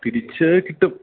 തിരിച്ച് കിട്ടും